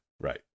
Right